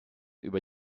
über